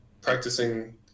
practicing